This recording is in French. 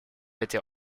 été